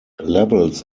levels